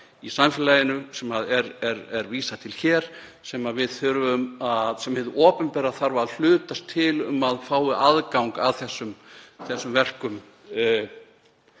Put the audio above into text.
í samfélaginu, sem er vísað til hér, sem hið opinbera þarf að hlutast til um að fái aðgang að þessum verkum